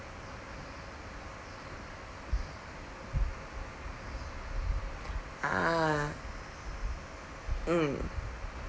ah mm